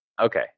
Okay